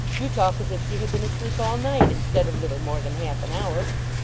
you talk as if she had been asleep all night, instead of little more than half an hour.